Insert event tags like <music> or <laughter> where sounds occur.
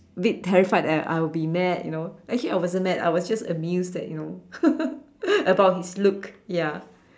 a bit terrified that I will be mad you know actually I wasn't mad I was just amused that you know <laughs> about his look ya